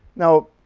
now